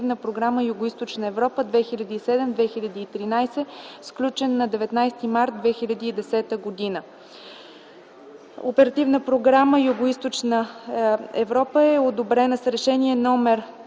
Оперативна програма „Югоизточна Европа” 2007-2013 г., сключен на 19 март 2010 г. Оперативна програма „Югоизточна Европа” е одобрена с Решение №